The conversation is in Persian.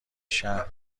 شهر